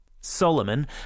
Solomon